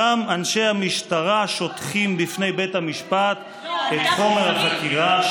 שם אנשי המשטרה שוטחים בפני בית המשפט את חומר החקירה,